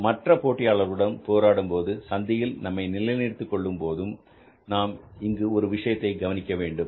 நாம் மாற்ற போட்டியாளர்களுடன் போராடும்போது சந்தையில் நம்மை நிலை நிறுத்திக் கொள்ளும் போது நாம் இங்கு ஒரு விஷயத்தை கவனிக்க வேண்டும்